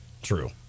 True